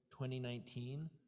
2019